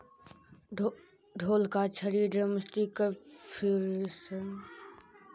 ढोल का छड़ी ड्रमस्टिकपर्क्यूशन मैलेट रूप मेस्नेयरड्रम किट वाद्ययंत्र बजाबे मे होबो हइ